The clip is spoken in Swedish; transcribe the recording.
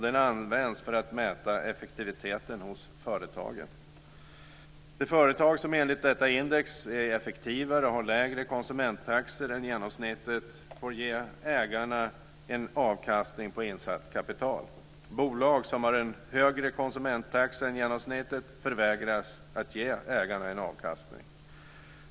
Den används för att mäta effektiviteten hos företagen. De företag som enligt detta index är effektivare och har lägre konsumenttaxor än genomsnittet får ge ägarna en avkastning på insatt kapital. Bolag som har en högre konsumenttaxa än genomsnittet förvägras att ge ägarna en avkastning.